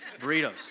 burritos